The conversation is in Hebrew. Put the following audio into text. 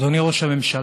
אדוני ראש הממשלה,